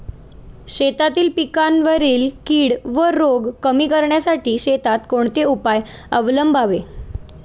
शेतातील पिकांवरील कीड व रोग कमी करण्यासाठी शेतात कोणते उपाय अवलंबावे?